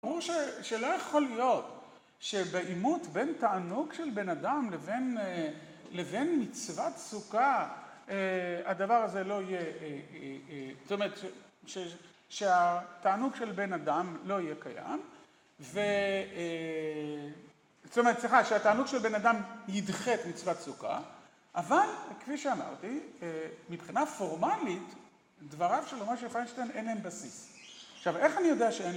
אמרו שלא יכול להיות שבעימות בין תענוג של בן אדם לבין מצוות סוכה הדבר הזה לא יהיה, זאת אומרת, שהתענוג של בן אדם לא יהיה קיים, זאת אומרת, סליחה, שהתענוג של בן אדם ידחה מצוות סוכה, אבל כפי שאמרתי, מבחינה פורמלית, דבריו של משה פיינשטיין אין הם בסיס. עכשיו, איך אני יודע שאין להם...